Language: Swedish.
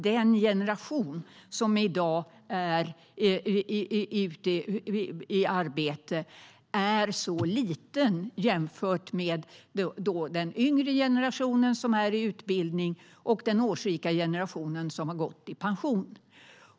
Den generation som i dag är i arbete är liten jämfört med den yngre generationen som är i utbildning och den årsrika generationen som har gått i pension.